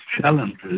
challenges